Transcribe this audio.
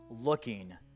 looking